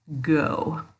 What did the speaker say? go